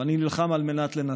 ואני נלחם על מנת לנצח.